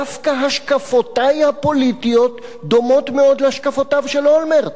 דווקא השקפותי הפוליטיות דומות מאוד להשקפותיו של אולמרט.